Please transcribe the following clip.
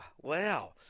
wow